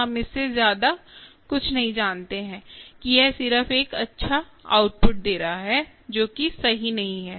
हम इससे ज्यादा कुछ नहीं जानते हैं कि यह सिर्फ एक अच्छा आउटपुट दे रहा है जो कि सही नहीं है